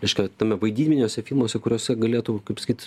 reiškia tame vaidybiniuose filmuose kuriuose galėtum kaip sakyt